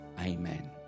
amen